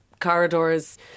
corridors